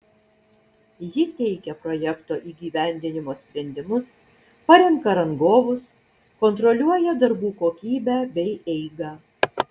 ji teikia projekto įgyvendinimo sprendimus parenka rangovus kontroliuoja darbų kokybę bei eigą